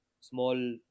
small